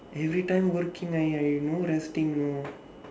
every time working I I no resting you know